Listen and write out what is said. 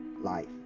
life